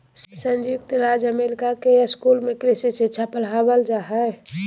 संयुक्त राज्य अमेरिका के स्कूल में कृषि शिक्षा पढ़ावल जा हइ